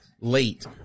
late